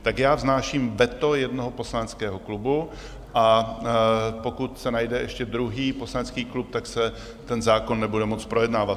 Tak já vznáším veto jednoho poslaneckého klubu, a pokud se najde ještě druhý poslanecký klub, tak se ten zákon nebude moct projednávat.